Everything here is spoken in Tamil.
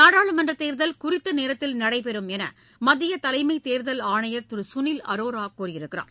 நாடாளுமன்றத் தேர்தல் குறித்த நேரத்தில் நடைபெறும் என்று மத்திய தலைமைத் தேர்தல் ஆணையர் திரு சுனில் அரோரா கூறியிருக்கிறார்